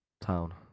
Town